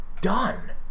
done